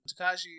Takashi